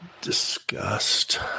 Disgust